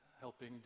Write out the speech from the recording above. helping